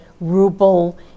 ruble